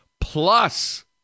plus